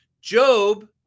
Job